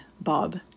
Bob